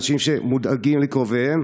אנשים שדואגים לקרוביהם,